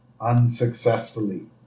unsuccessfully